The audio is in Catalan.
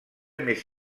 més